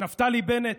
נפתלי בנט,